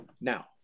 now